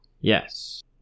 Yes